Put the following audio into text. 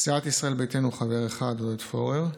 סיעת ישראל ביתנו, חבר אחד: עודד פורר,